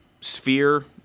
sphere